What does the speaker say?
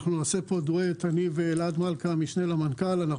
גם נעשה פה דואט אלעד מלכא, המשנה למנכ"ל, ואני.